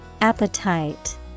Appetite